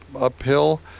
uphill